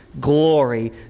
glory